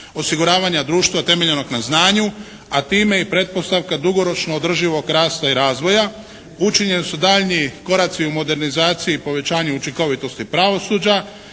osiguravanja društva temeljenog na znanju, a time i pretpostavka dugoročnog održivog rasta i razvoja, učinjeni su daljnji koraci u modernizaciji i povećanju učinkovitosti pravosuđa,